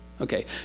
Okay